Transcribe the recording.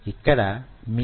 ఇక్కడ మీ సంకేతం కానరాదు